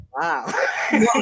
Wow